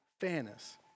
Fairness